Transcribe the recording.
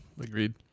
agreed